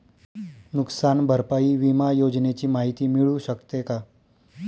नुकसान भरपाई विमा योजनेची माहिती मिळू शकते का?